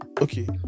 Okay